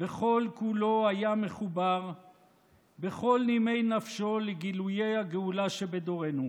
וכל-כולו היה מחובר בכל נימי נפשו לגילויי הגאולה שבדורנו,